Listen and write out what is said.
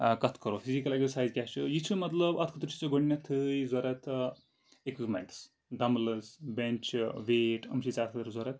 کَتھ کَرو physical exercise کیاہ چھِ یہِ چھِ مطلب اَتھ خٲطرٕ چھُ ژےٚ گۄڈٕنیٚتھٕے صروٗرت اِکوپمینٛٹٕس ڈَمبلٕز بینٛچ چھِ ویٹ یِم چھِ ژےٚ اَتھ خٲطرٕ ضرورت